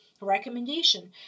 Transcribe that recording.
recommendation